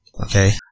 Okay